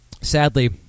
Sadly